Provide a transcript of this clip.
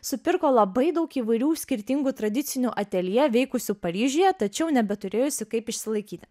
supirko labai daug įvairių skirtingų tradicinių atelje veikusių paryžiuje tačiau nebeturėjusi kaip išsilaikyti